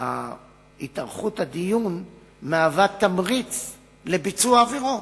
התארכות הדיון מהווה תמריץ לביצוע העבירות,